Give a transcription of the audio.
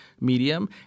medium